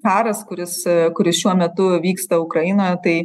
karas kuris kuris šiuo metu vyksta ukrainoje tai